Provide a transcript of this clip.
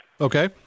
Okay